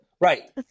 Right